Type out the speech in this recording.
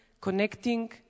connecting